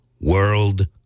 World